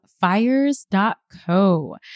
Fires.co